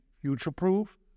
future-proof